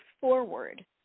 forward